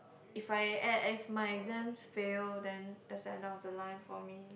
if I e~ if my exams fail then that's the end of the line for me